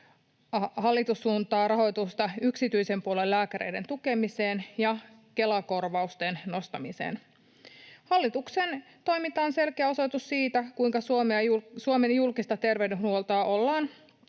hallitus suuntaa rahoitusta yksityisen puolen lääkäreiden tukemiseen ja Kela-korvausten nostamiseen. Hallituksen toiminta on selkeä osoitus siitä, kuinka Suomen julkista terveydenhuoltoa ollaan